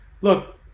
look